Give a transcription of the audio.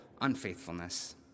unfaithfulness